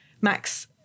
Max